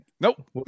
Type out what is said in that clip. Nope